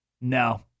No